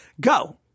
Go